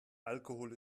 alkohol